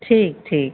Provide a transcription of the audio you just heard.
ठीक ठीक